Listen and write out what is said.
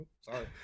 sorry